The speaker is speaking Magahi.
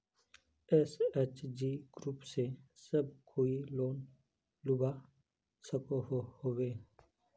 एस.एच.जी ग्रूप से सब कोई लोन लुबा सकोहो होबे?